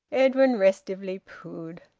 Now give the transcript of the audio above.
edwin restively poohed.